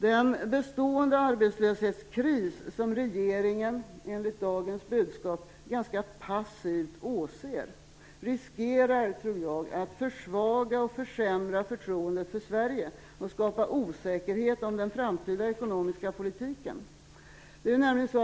Den bestående arbetslöshetskris som regeringen, enligt dagens budskap, ganska passivt åser riskerar att försvaga och försämra förtroendet för Sverige och skapar osäkerhet om den framtida ekonomiska politiken.